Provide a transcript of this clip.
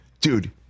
dude